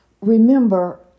remember